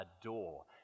adore